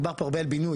דובר פה הרבה על בינוי,